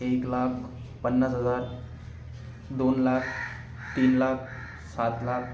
एक लाख पन्नास हजार दोन लाख तीन लाख सात लाख